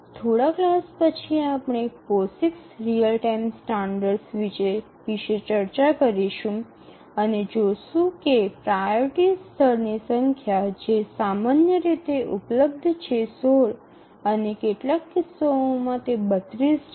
થોડા ક્લાસ પછી આપણે પોસિક્સ રીઅલ ટાઇમ સ્ટાન્ડર્ડ વિશે ચર્ચા કરીશું અને જોશું કે પ્રાઓરિટી સ્તરની સંખ્યા જે સામાન્ય રીતે ઉપલબ્ધ છે ૧૬ અને કેટલાક કિસ્સાઓમાં તે ૩૨ છે